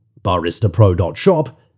BaristaPro.shop